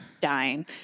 dying